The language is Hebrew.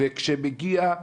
כשמגיעה